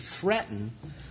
threaten